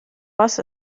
was